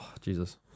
Jesus